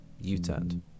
U-turned